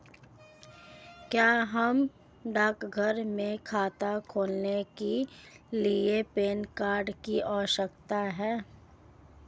क्या हमें डाकघर में खाता खोलने के लिए पैन कार्ड की आवश्यकता है?